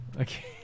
Okay